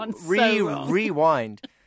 Rewind